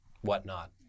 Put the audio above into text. whatnot